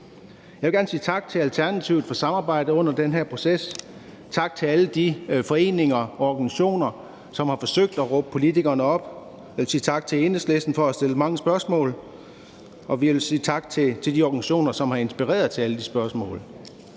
Jeg vil gerne sige tak til Alternativet for samarbejdet under den her proces. Tak til alle de foreninger og organisationer, som har forsøgt at råbe politikerne op. Jeg vil sige tak til Enhedslisten for at have stillet mange spørgsmål. Og vi vil sige tak til de organisationer, som har inspireret til alle de spørgsmål.